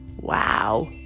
Wow